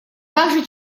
также